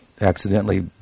accidentally